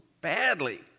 badly